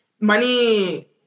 money